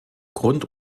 grund